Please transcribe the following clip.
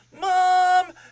Mom